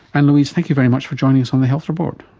anne-louise, thank you very much for joining us on the health report.